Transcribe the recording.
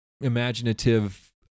imaginative